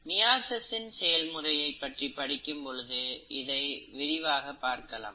meiosis இன் செயல்முறையை பற்றி படிக்கும் பொழுது இதை விரிவாக பார்க்கலாம்